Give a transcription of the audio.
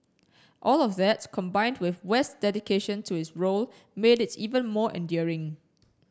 all of that combined with West dedication to his role made it even more endearing